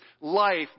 life